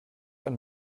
ein